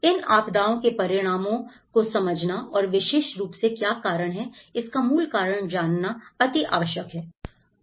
इन आपदाओं के परिणामों को समझना और विशेष रूप से क्या कारण है इसका मूल कारण जानना अति आवश्यक है